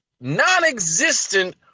non-existent